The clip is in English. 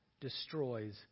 destroys